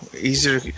Easier